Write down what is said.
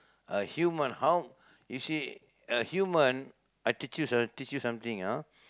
a human how you see a human I teach you some~ I teach you something ah